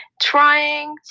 trying